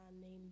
named